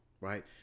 right